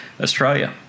Australia